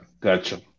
gotcha